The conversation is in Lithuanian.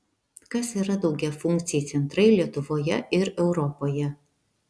kas yra daugiafunkciai centrai lietuvoje ir europoje